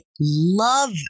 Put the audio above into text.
love